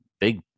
big